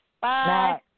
Bye